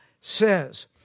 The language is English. says